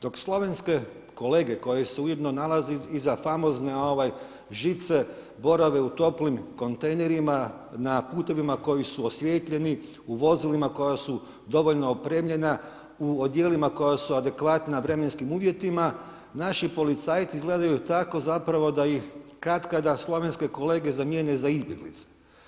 Dok slovenske kolega koji se ujedno nalaze iza famozne žice, borave u toplim kontejnerima na putevima koji su osvjetljeni, u vozilima koja su dovoljno opremljena, u odjelima koja su adekvatna vremenskim uvjetima, naši policajci izgledaju tako zapravo da ih katkada slovenski kolege zamjene za izbjeglice.